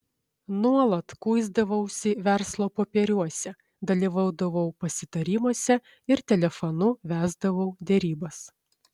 nuolat kuisdavausi verslo popieriuose dalyvaudavau pasitarimuose ir telefonu vesdavau derybas